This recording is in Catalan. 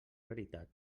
veritat